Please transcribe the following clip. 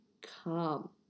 come